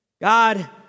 God